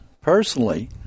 personally